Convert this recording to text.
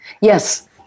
Yes